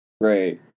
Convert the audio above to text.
Right